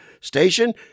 Station